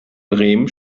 bremen